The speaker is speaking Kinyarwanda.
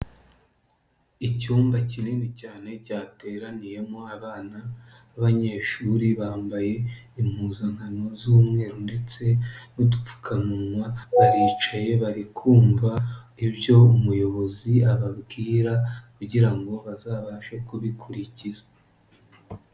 Icyumba kinini cyane cyateraniyemo abana b'abanyeshuri bambaye impuzankano z'umweru ndetse n'udupfukamunwa, baricaye bari kumva ibyo umuyobozi ababwira kugira ngo bazabashe kubikurikiza.